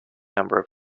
number